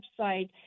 website